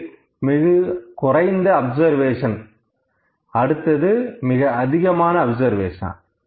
இது மிகக்குறைந்த அப்சர்வேஷன் அடுத்தது மிக அதிகமான அப்சர்வேஷன்